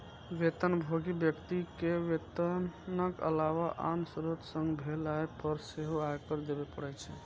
वेतनभोगी व्यक्ति कें वेतनक अलावा आन स्रोत सं भेल आय पर सेहो आयकर देबे पड़ै छै